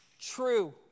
true